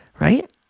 right